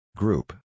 Group